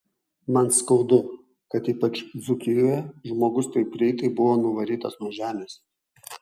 man skaudu kad ypač dzūkijoje žmogus taip greitai buvo nuvarytas nuo žemės